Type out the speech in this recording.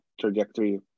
trajectory